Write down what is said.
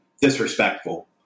disrespectful